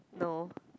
no